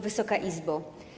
Wysoka Izbo!